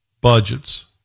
budgets